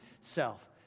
self